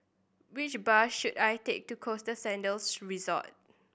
which bus should I take to Costa Sands Resort